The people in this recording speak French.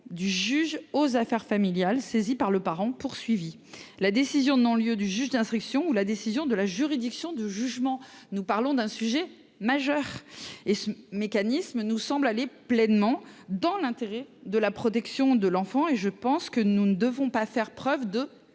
du juge aux affaires familiales, saisi par le parent poursuivi, la décision de non lieu du juge d’instruction ou la décision de la juridiction de jugement. Nous parlons d’un sujet majeur et ce mécanisme nous semble aller pleinement dans l’intérêt de la protection de l’enfant. Nous ne saurions faire preuve de